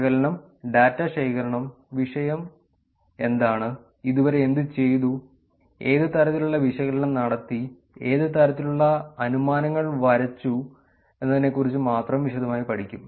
വിശകലനം ഡാറ്റ ശേഖരണം വിഷയം എന്താണ് ഇതുവരെ എന്തു ചെയ്തു ഏത് തരത്തിലുള്ള വിശകലനം നടത്തി ഏത് തരത്തിലുള്ള അനുമാനങ്ങൾ വരച്ചു എന്നതിനെക്കുറിച്ച് മാത്രം വിശദമായി പഠിക്കും